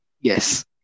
Yes